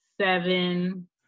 seven